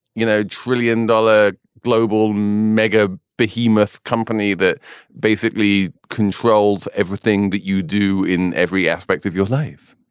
you know, trillion dollar global mega behemoth company that basically controls everything that you do in every aspect of your life,